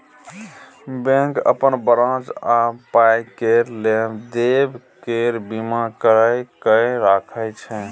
bank अपन branch आ पाइ केर लेब देब केर बीमा कराए कय राखय छै